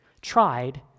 tried